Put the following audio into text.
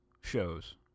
shows